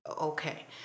okay